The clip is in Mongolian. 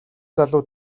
залуу